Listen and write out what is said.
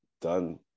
done